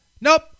Nope